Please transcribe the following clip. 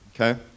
okay